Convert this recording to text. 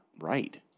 right